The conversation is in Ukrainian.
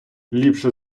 ліпше